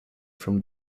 from